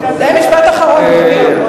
זה משפט אחרון, אדוני.